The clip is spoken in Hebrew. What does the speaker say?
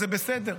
זה בסדר,